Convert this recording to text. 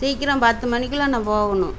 சீக்கிரம் பத்து மணிக்கலாம் நான் போகணும்